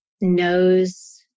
knows